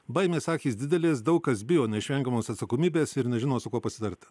baimės akys didelės daug kas bijo neišvengiamos atsakomybės ir nežino su kuo pasitarti